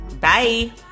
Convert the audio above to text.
bye